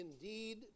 indeed